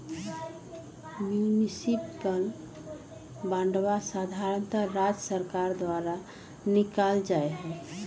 municipal बांडवा साधारणतः राज्य सर्कार द्वारा निकाल्ल जाहई